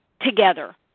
together